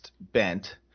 bent